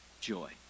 joy